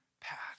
path